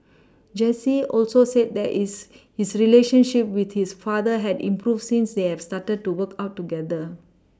Jesse also said that is his relationship with his father had improved since they started to work out together